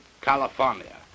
California